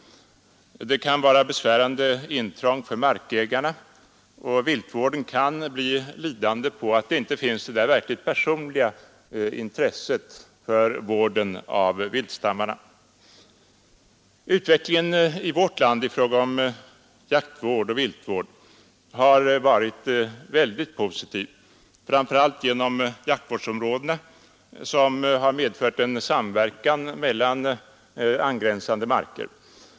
Det kan medföra besvärande intrång för markägarna, och viltvården kan bli lidande på att det inte finns det där personliga intresset för vården av viltstammarna. Utvecklingen i vårt land i fråga om jaktvård och viltvård har varit mycket positiv, framför allt genom tillskapandet av jaktvårdsområdena, som har medfört samverkan mellan ägare av angränsande marker.